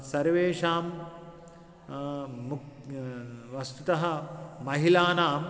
सर्वेषाम् मुक् वस्तुतः महिलानाम्